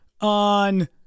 on